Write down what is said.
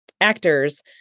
actors